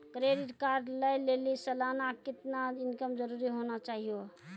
Credit card लय लेली सालाना कितना इनकम जरूरी होना चहियों?